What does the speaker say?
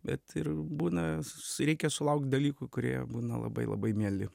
bet ir būna reikia sulaukt dalykų kurie būna labai labai mieli